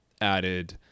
added